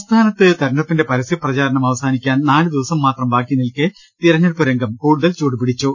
സംസ്ഥാനത്ത് തിരഞ്ഞെടുപ്പിന്റെ പരസ്യപ്രചാരണം അവസാനി ക്കാൻ നാലുദിവസംമാത്രം ബാക്കിനിൽക്കെ തിരഞ്ഞെടുപ്പ് രംഗം കൂടു തൽ ചൂടുപിടിച്ചു